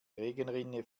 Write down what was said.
regenrinne